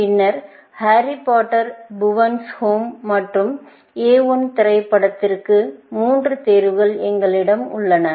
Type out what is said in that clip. பின்னர் Harry Potter புவனின் ஹோம்Bhuvan's home மற்றும் A1 திரைப்படத்திற்கான மூன்று தேர்வுகள் எங்களிடம் உள்ளன